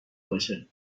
باشه